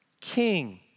king